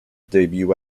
debut